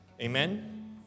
Amen